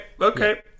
okay